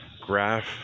graph